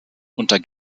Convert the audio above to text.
unter